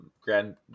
Grand